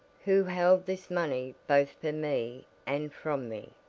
who held this money both for me and from me,